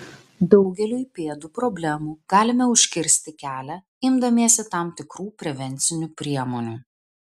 daugeliui pėdų problemų galime užkirsti kelią imdamiesi tam tikrų prevencinių priemonių